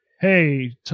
hey